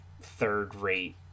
third-rate